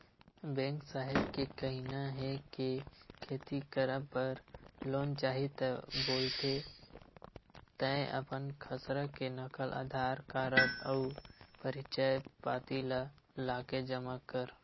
bank साहेब के कहिना हे के खेती करब बर लोन चाही ता बोलथे तंय अपन खसरा के नकल, अधार कारड अउ परिचय पाती ल लाके जमा कर